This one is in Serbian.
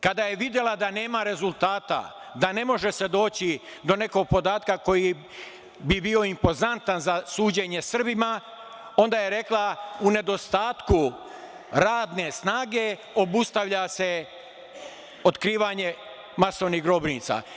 Kada je videla da nema rezultata da se ne može doći do nekog podatka koji bi bio impozantan za suđenje Srbima, onda je rekla - u nedostatku radne snage obustavlja se otkrivanje masovnih grobnica.